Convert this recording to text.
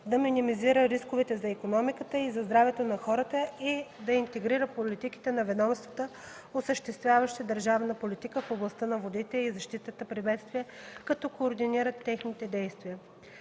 да минимизира рисковете за икономиката и за здравето на хората, и да интегрира политиките на ведомствата, осъществяващи държавна политика в областта на водите и защитата при бедствия, като координира техните действия.